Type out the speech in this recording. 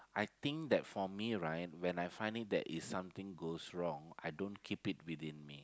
I think that for me right when I find it that there is something goes wrong I don't keep it within me